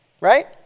Right